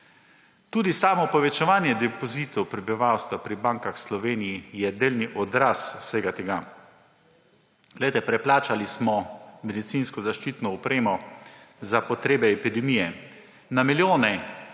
Tudi samo povečevanje depozitov prebivalstva pri bankah v Sloveniji je delni odraz vsega tega. Preplačali smo medicinsko zaščitno opremo za potrebe epidemije. Na milijone